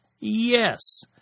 Yes